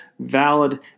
valid